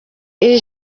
iri